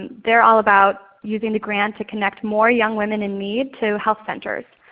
they're all about using the grant to connect more young women in need to health centers.